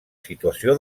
situació